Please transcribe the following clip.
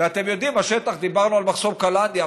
ואתם יודעים, דיברנו על מחסום קלנדיה.